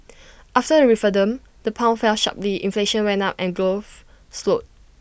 after the referendum the pound fell sharply inflation went up and growth slowed